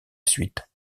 suite